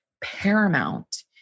paramount